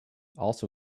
also